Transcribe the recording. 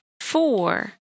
Four